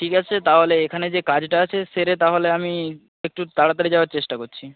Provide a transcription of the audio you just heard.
ঠিক আছে তাহলে এখানে যে কাজটা আছে সেরে তাহলে আমি একটু তাড়াতাড়ি যাওয়ার চেষ্টা করছি